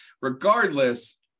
regardless